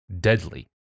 deadly